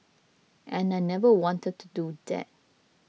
and I never wanted to do that